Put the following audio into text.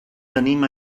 tenim